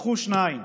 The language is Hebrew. הלכו שניים